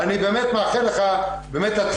אני באמת מאחל לך הצלחה.